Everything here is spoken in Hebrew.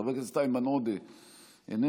חבר הכנסת איימן עודה, איננו.